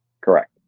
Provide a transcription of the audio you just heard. Correct